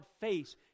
face